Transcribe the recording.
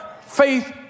Faith